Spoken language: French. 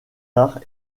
arts